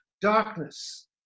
darkness